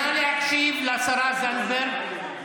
נא להקשיב לשרה זנדברג.